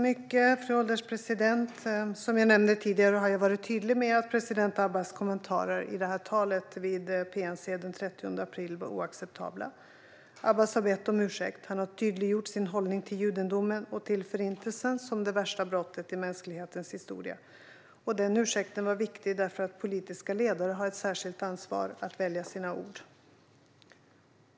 Fru ålderspresident! Som jag nämnt tidigare har jag varit tydlig med att president Abbas kommentarer i talet vid PNC den 30 april var oacceptabla. Abbas har bett om ursäkt. Han har tydliggjort sin hållning till judendomen och till Förintelsen som det värsta brottet i mänsklighetens historia. Den ursäkten var viktig därför att politiska ledare har ett särskilt ansvar att välja sina ord.